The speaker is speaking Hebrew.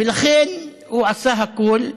ולכן הוא עשה הכול,